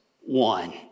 one